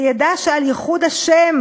וידע שעל ייחוד ה'